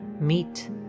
meet